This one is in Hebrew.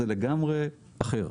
זה לגמרי אחר.